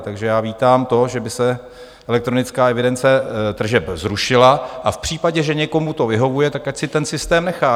Takže já vítám to, že by se elektronická evidence tržeb zrušila, a v případě, že někomu to vyhovuje, tak ať si ten systém nechá.